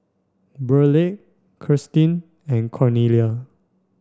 Burleigh Kirstin and Cornelia